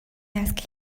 ask